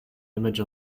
image